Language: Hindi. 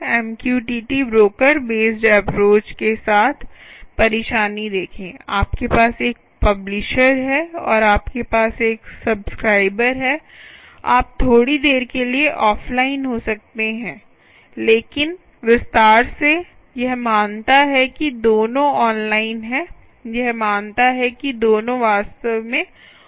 एमक्यूटीटी ब्रोकर बेस्ड एप्रोच के साथ परेशानी देखें आपके पास एक पब्लिशर है और आपके पास एक सब्सक्राइबर है आप थोड़ी देर के लिए ऑफ़लाइन हो सकते हैं लेकिन विस्तार से यह मानता है कि दोनों ऑनलाइन हैं यह मानता है कि दोनों वास्तव में ऑनलाइन हैं